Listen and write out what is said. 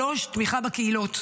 3. תמיכה בקהילות: